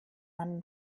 man